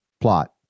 plot